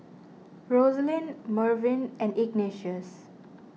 Roselyn Mervyn and Ignatius